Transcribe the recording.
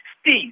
Steve